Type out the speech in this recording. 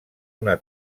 una